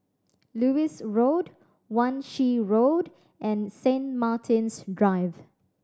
Lewis Road Wan Shih Road and Saint Martin's Drive